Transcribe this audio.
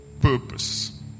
purpose